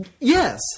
Yes